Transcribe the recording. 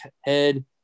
head